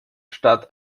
stand